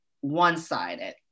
one-sided